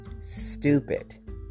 stupid